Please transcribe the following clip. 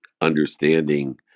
understanding